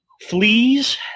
fleas